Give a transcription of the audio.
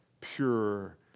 pure